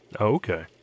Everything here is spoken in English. Okay